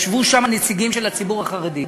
ישבו שם נציגים של הציבור החרדי,